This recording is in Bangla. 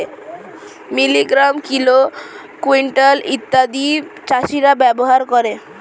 মিলিগ্রাম, কিলো, কুইন্টাল ইত্যাদি চাষীরা ব্যবহার করে